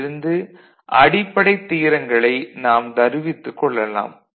இதிலிருந்து அடிப்படைத் தியரங்களை நாம் தருவித்துக் கொள்ளலாம்